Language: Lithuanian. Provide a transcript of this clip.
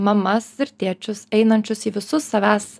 mamas ir tėčius einančius į visus savęs